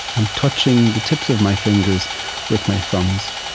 i'm touching the tips of my fingers with my thumbs.